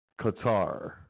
Qatar